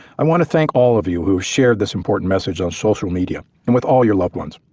i wanna thank all of you who shared this important message on social media and with all your loved ones.